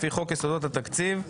לפי חוק יסודות התקציב,